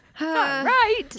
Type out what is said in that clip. Right